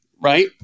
right